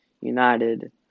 united